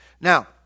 Now